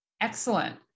Excellent